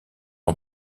ans